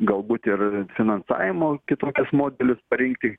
galbūt ir finansavimo kitokius modelius parinkti